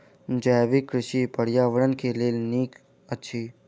जैविक कृषि पर्यावरण के लेल नीक अछि